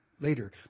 later